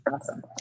Awesome